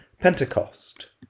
Pentecost